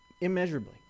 Immeasurably